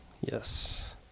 Yes